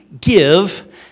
give